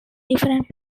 different